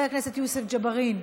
חבר הכנסת יוסף ג'בארין,